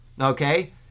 okay